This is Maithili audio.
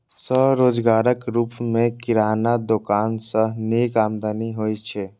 स्वरोजगारक रूप मे किराना दोकान सं नीक आमदनी होइ छै